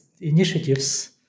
initiatives